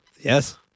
Yes